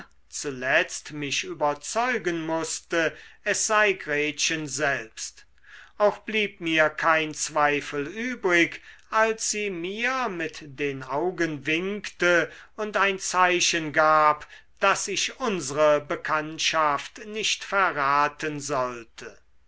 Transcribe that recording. zuletzt mich überzeugen mußte es sei gretchen selbst auch blieb mir kein zweifel übrig als sie mir mit den augen winkte und ein zeichen gab daß ich unsre bekanntschaft nicht verraten sollte